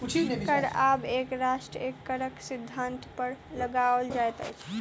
कर आब एक राष्ट्र एक करक सिद्धान्त पर लगाओल जाइत अछि